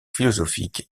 philosophiques